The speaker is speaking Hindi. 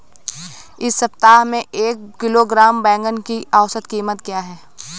इस सप्ताह में एक किलोग्राम बैंगन की औसत क़ीमत क्या है?